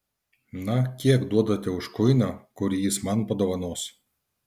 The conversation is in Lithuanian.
na kiek duodate už kuiną kurį jis man padovanos